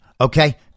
Okay